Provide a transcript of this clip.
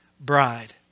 bride